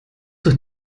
doch